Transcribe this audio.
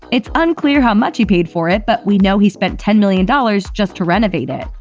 it's unclear how much he paid for it, but we know he spent ten million dollars just to renovate it.